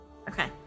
Okay